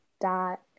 dot